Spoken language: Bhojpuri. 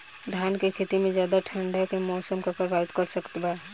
धान के खेती में ज्यादा ठंडा के मौसम का प्रभावित कर सकता बा?